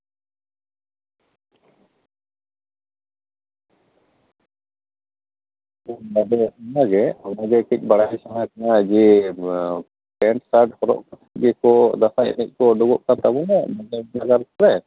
ᱯᱩᱸᱰ ᱫᱟᱠᱚ ᱤᱱᱟᱹᱜᱮ ᱤᱱᱟᱹᱜᱮ ᱠᱟᱺᱪ ᱵᱟᱲᱟᱭ ᱥᱟᱱᱟ ᱠᱟᱱᱟ ᱡᱮ ᱯᱮᱱᱴ ᱥᱟᱨᱴ ᱦᱚᱨᱚᱜ ᱠᱟᱛᱮ ᱜᱮ ᱫᱟᱸᱥᱟᱭ ᱮᱱᱮᱡ ᱠᱚ ᱩᱰᱩᱠᱚᱜ ᱠᱟᱱ ᱛᱟᱵᱮᱸᱱᱟ ᱢᱟᱱᱮ ᱱᱟᱜᱟᱨ ᱥᱮᱡ